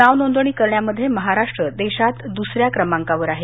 नावनोंदणी करण्यामध्ये महाराष्ट्र देशात दुसऱ्या क्रमांकावर आहे